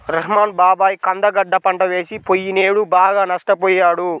రెహ్మాన్ బాబాయి కంద గడ్డ పంట వేసి పొయ్యినేడు బాగా నష్టపొయ్యాడు